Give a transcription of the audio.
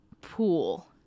pool